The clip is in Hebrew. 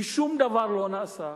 כי שום דבר לא נעשה,